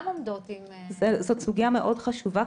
זאת סוגיה מאוד חשובה,